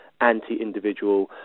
anti-individual